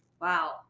Wow